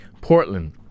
Portland